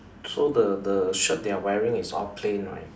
so the the shirt they are wearing is all plain right